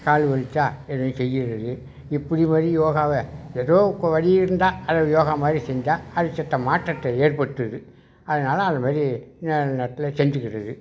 கால் வலிச்சால் இதை செய்கிறது இப்படி வழி யோகாவை எதோக்கு ஒரு வழி இருந்தால் அல்லது யோகா மாதிரி செஞ்சால் அது செத்த மாற்றத்தை ஏற்படுத்துது அதனால் அதுமாரி நேராக நேராத்தில் செஞ்சுக்குறது